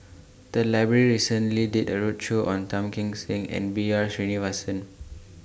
The Library recently did A roadshow on Tan Kim Seng and B R Sreenivasan